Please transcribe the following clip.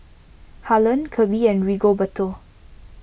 Harlen Kirby and Rigoberto